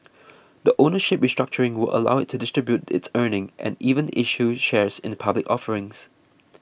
the ownership restructuring will allow it to distribute its earning and even issue shares in public offerings